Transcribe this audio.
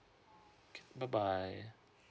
bye bye